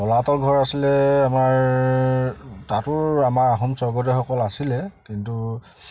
তলাতল ঘৰ আছিলে আমাৰ তাতো আমাৰ আহোম স্বৰ্গদেউসকল আছিলে কিন্তু